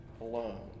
alone